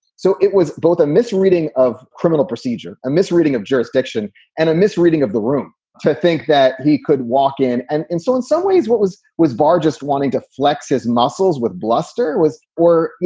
so it was both a misreading of criminal procedure, a misreading of jurisdiction and a misreading of the room to think that he could walk in. and so in some ways, what was was barr just wanting to flex its muscles with bluster was or, you